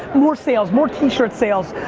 more sales, more t-shirt sales,